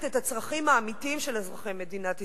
את הצרכים האמיתיים של אזרחי מדינת ישראל.